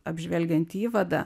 apžvelgiantį įvadą